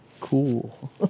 cool